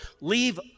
leave